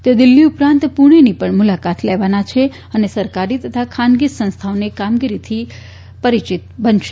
તેઓ દિલ્હી ઉપરાંત પૂજોની પણ મુલાકાત લેવાના છે અને સરકારી તથા ખાનગી સંસ્થાઓની કામગીરીથી પરિચિત બનશે